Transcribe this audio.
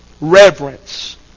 reverence